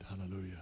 hallelujah